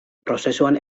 prozesuan